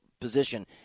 position